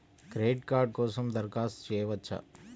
Credit card కోసం దరఖాస్తు చేయవచ్చా?